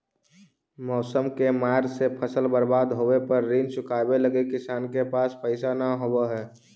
मौसम के मार से फसल बर्बाद होवे पर ऋण चुकावे लगी किसान के पास पइसा न होवऽ हइ